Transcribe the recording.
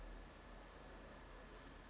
okay